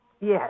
Yes